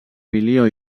milió